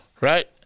right